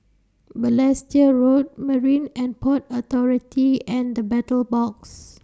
Balestier Road Marine and Port Authority and The Battle Box